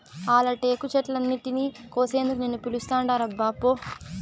ఆల టేకు చెట్లన్నింటినీ కోసేందుకు నిన్ను పిలుస్తాండారబ్బా పో